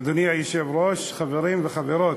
אדוני היושב-ראש, חברים וחברות,